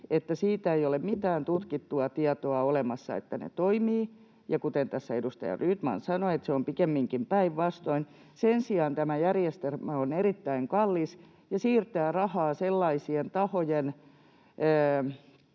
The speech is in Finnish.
että siitä ei ole mitään tutkittua tietoa olemassa, että ne toimivat, ja kuten tässä edustaja Rydman sanoi, se on pikemminkin päinvastoin. Sen sijaan tämä järjestelmä on erittäin kallis ja siirtää rahaa sellaisille tahoille,